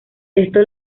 esto